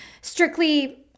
strictly